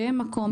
שיהיה מקום.